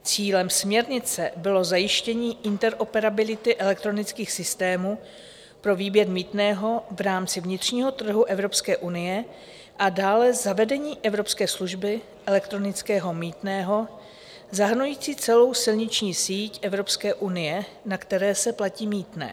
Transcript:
Cílem směrnice bylo zajištění interoperability elektronických systémů pro výběr mýtného v rámci vnitřního trhu Evropské unie a dále zavedení evropské služby elektronického mýtného zahrnující celou silniční síť Evropské unie, na které se platí mýtné.